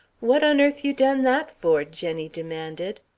what on earth you done that for? jenny demanded.